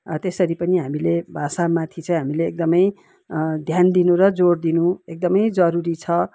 त्यसरी पनि हामीले भाषामाथि चाहिँ हामीले एकदमै ध्यान दिनु र जोड दिनु एकदमै जरुरी छ